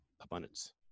abundance